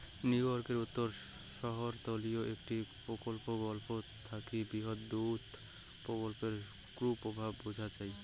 নিউইয়র্কের উত্তর শহরতলীর একটা প্রকল্পর গল্প থাকি বৃহৎ দুধ প্রকল্পর কুপ্রভাব বুঝা যাই